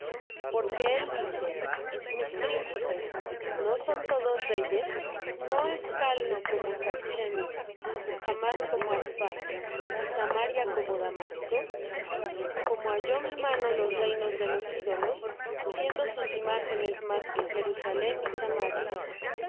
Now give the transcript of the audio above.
porque él dice mis príncipes no son todos reyes no es calno como carchmis hamath como arphad y samaria como damasco como halló mi mano los reinos de los ídolos siendo sus imágenes más que jerusalem y samaria